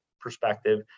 perspective